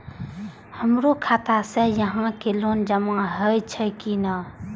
हमरो खाता से यहां के लोन जमा हे छे की ने?